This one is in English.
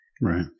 right